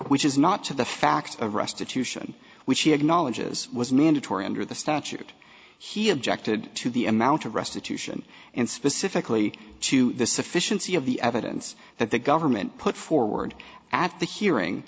which is not to the fact of restitution which he acknowledges was nan dettori under the statute he objected to the amount of restitution and specifically to the sufficiency of the evidence that the government put forward at the hearing